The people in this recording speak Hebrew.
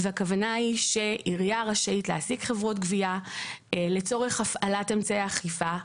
הכוונה היא שהעירייה רשאית להעסיק חברות גבייה לצורך הפעלת אמצעי אכיפה,